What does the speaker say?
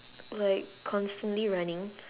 like constantly running